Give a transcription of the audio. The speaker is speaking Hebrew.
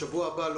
בשבוע הבא,